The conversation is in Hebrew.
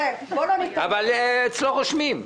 אבל אצלו רושמים.